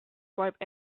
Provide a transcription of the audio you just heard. swipe